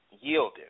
yielding